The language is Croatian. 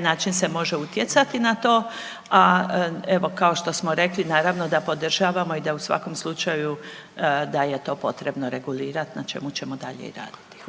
način se može utjecati na to. A evo kao što smo rekli naravno da podržavamo i da u svakom slučaju da je to potrebno regulirati na čemu ćemo i dalje raditi.